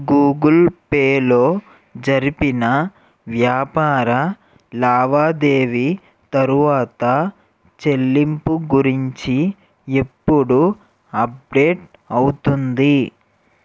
Google పేలో జరిపిన వ్యాపార లావాదేవి తరువాత చెల్లింపు గురించి ఎప్పుడు అప్డేట్ అవుతుంది